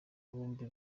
bombi